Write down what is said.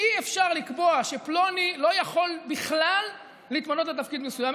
אי-אפשר לקבוע שפלוני לא יכול בכלל להתמנות לתפקיד מסוים.